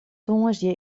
tongersdei